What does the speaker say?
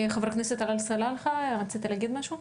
חה"כ עלי סלאלחה, רצית להגיד משהו?